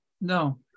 No